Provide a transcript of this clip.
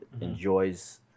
enjoys